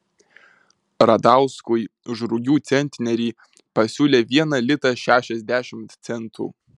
radauskui už rugių centnerį pasiūlė vieną litą šešiasdešimt centų